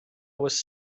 was